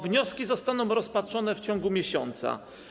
Wnioski zostaną rozpatrzone w ciągu miesiąca.